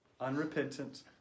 unrepentant